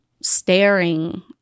staring